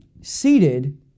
seated